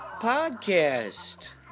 podcast